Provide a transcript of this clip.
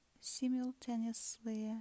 simultaneously